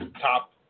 top